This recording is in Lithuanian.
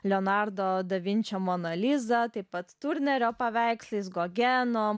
leonardo da vinčio monaliza taip pat turnerio paveikslais gogeno